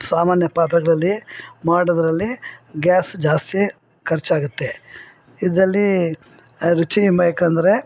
ಸಾಮಾನ್ಯ ಪಾತ್ರೆಗಳಲ್ಲಿ ಮಾಡೋದರಲ್ಲಿ ಗ್ಯಾಸ್ ಜಾಸ್ತಿ ಖರ್ಚಾಗತ್ತೆ ಇದರಲ್ಲಿ ರುಚಿ ಬೇಕಂದರೆ